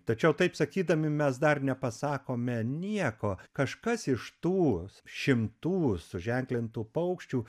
tačiau taip sakydami mes dar nepasakome nieko kažkas iš tų šimtų suženklintų paukščių